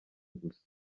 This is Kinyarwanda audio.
gusa